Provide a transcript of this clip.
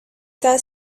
that